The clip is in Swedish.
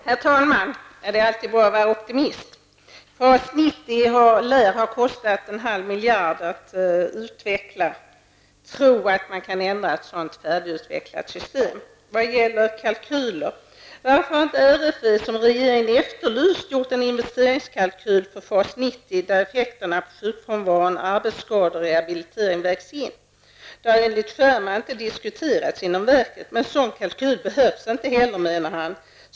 Herr talman! Det är alltid bra att vara optimist. FAS-90 lär ha kostat en halv miljard kronor att utveckla. Att tro att man kan ändra ett sådant färdigutvecklat system! Beträffande kalkyl vill jag fråga varför inte riksförsäkringsverket har gjort den av regeringen efterlysta investeringskalkylen rörande FAS 90, där effekterna av sjukfrånvaron, arbetsskador och rehabilitering vägts in? Det har enligt uppgift inte diskuterats inom verket, men en sådan kalkyl behövs inte heller enligt vederbörande.